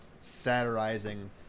satirizing